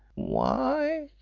why?